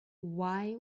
why